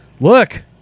look